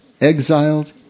exiled